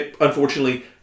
Unfortunately